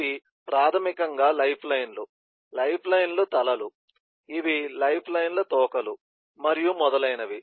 ఇవి ప్రాథమికంగా లైఫ్లైన్లు లైఫ్లైన్ల తల లు ఇవి లైఫ్లైన్ల తోకలు మరియు మొదలైనవి